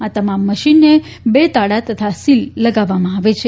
આ તમામ મશીનને બે તાળાં તથા સીલ લગાવવામાં આવે છે